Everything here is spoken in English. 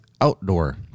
outdoor